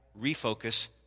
refocus